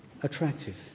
attractive